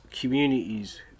communities